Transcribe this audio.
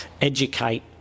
educate